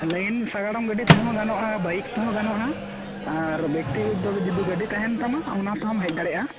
ᱞᱟᱹᱭᱤᱱ ᱥᱟᱜᱟᱲᱟᱢ ᱜᱟᱹᱰᱤ ᱛᱮᱦᱚᱸ ᱜᱟᱱᱚᱜᱼᱟ ᱵᱟᱭᱤᱠ ᱛᱮᱦᱚᱸ ᱜᱟᱱᱚᱜᱼᱟ ᱟᱨ ᱵᱮᱠᱛᱤᱜᱚᱛ ᱡᱚᱫᱤ ᱜᱟᱹᱰᱤ ᱛᱟᱦᱮᱱ ᱛᱟᱢᱟ ᱚᱱᱟᱛᱮᱦᱚᱢ ᱦᱮᱡ ᱫᱟᱲᱮᱭᱟᱜᱼᱟ